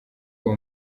uwo